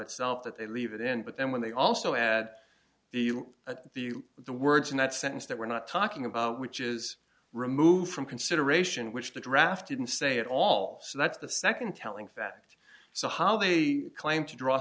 itself that they leave it in but then when they also add the the the words in that sentence that we're not talking about which is removed from consideration which the draft didn't say at all so that's the second telling fact so how they claim to draw